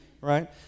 right